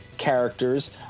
Characters